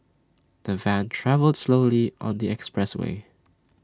the van travelled slowly on the expressway